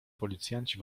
policjanci